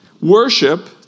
worship